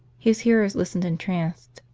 his hearers listened entranced,